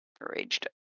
raged